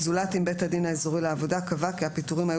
זולת אם בית הדין האזורי לעבודה קבע כי הפיטורין היו